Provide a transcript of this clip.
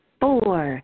four